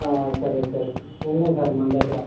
సరే సరే ఉన్నాయి సార్ మన దగ్గర